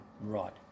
Right